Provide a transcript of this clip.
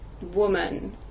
woman